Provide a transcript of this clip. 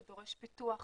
שדורש פיתוח